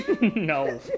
No